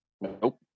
Nope